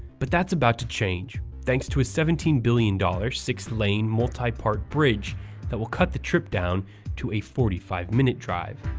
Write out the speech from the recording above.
but that's about to change, thanks to a seventeen billion dollars six-lane, multi-part bridge that will cut the trip down to a forty five minute drive.